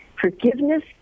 Forgiveness